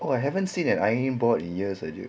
oh I haven't seen an iron board in years ah dude